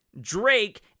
Drake